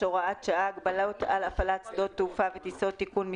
(הוראת שעה)(הגבלות על הפעלת שדות תעופה וטיסות)(תיקון מס'